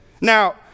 Now